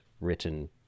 written